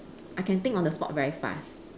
I can think on the spot very fast